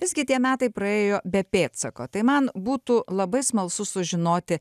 visgi tie metai praėjo be pėdsako tai man būtų labai smalsu sužinoti